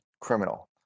criminal